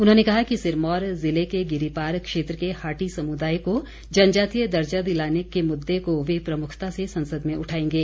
उन्होंने कहा कि सिरमौर ज़िले के गिरिपार क्षेत्र के हाटी समुदाय को जनजातीय दर्जा दिलाने के मुददे को वे प्रमुखता से संसद में उठाएंगे